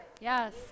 Yes